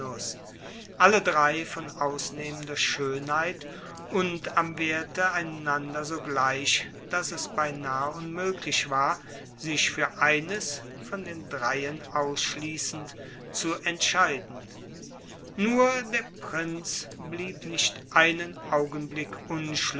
alle drei von ausnehmender schönheit und am werte einander so gleich daß es beinahe unmöglich war sich für eines von den dreien ausschließend zu entscheiden nur der prinz blieb nicht einen augenblick